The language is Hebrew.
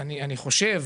אני חושב,